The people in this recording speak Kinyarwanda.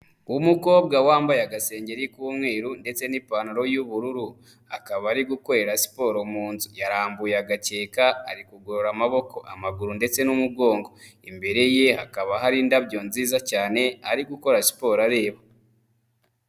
Umukobwa wambaye agasengeri k'umweru ndetse n'ipantaro y'ubururu, akaba ari gukorera siporo mu nzu. Yarambuye agakeka, ari kugorora amaboko, amaguru ndetse n'umugongo. Imbere ye hakaba hari indabyo nziza cyane ari gukora siporo areba.